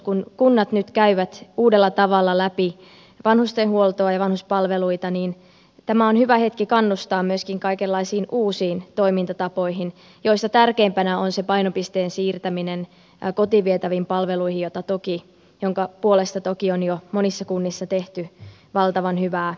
kun kunnat nyt käyvät uudella tavalla läpi vanhustenhuoltoa ja vanhuspalveluita niin tämä on hyvä hetki kannustaa myöskin kaikenlaisiin uusiin toimintatapoihin joista tärkein on painopisteen siirtäminen kotiin vietäviin palveluihin minkä puolesta toki on jo monissa kunnissa tehty valtavan hyvää työtä